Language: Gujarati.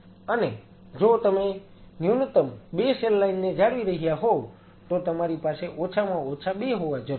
અને જો તમે ન્યૂનતમ 2 સેલ લાઈન ને જાળવી રહ્યા હોવ તો તમારી પાસે ઓછામાં ઓછા 2 હોવા જરૂરી છે